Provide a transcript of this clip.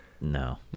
no